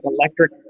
electric